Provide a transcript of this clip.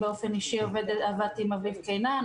אני באופן אישי עבדתי עם אביב קינן,